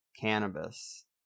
cannabis